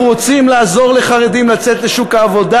אנחנו רוצים לעזור לחרדים לצאת לשוק העבודה.